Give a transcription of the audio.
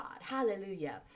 Hallelujah